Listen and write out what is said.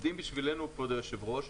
כבוד היושב-ראש,